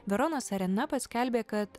veronos arena paskelbė kad